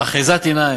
אחיזת עיניים.